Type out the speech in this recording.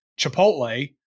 Chipotle